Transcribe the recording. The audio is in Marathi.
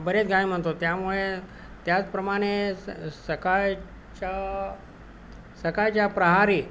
बरेच गाणे म्हणतो त्यामुळे त्याचप्रमाणे स सकाळच्या सकाळच्या प्रहरी